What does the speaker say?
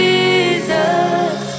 Jesus